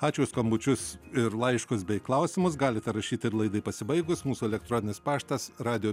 ačiū už skambučius ir laiškus bei klausimus galite rašyti ir laidai pasibaigus mūsų elektroninis paštas radijo